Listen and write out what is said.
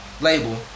label